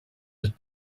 was